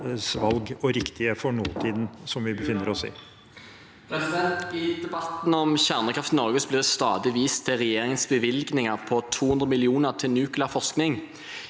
og riktige for tiden vi befinner oss i